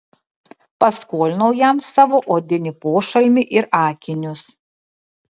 paskolinau jam savo odinį pošalmį ir akinius